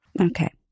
Okay